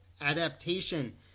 adaptation